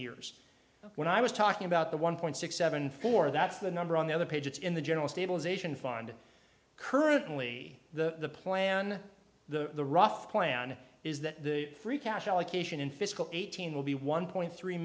years when i was talking about the one point six seven four that's the number on the other page it's in the general stabilization fund currently the plan the rough plan is that the free cash allocation in fiscal eighteen will be one point three